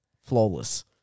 Flawless